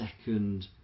second